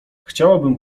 chciałabym